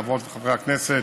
חברות וחברי הכנסת,